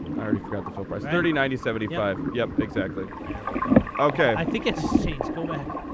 already forgot the fill price, thirty, ninety, seventy five. yep, exactly. there we go. ok. i think it just changed. go back.